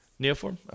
Neoform